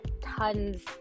tons